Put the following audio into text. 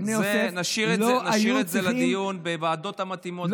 נשאיר את זה לדיון בוועדות המתאימות.